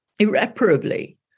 Irreparably